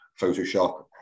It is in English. Photoshop